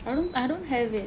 I don't I don't have it